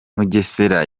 mugesera